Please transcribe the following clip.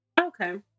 Okay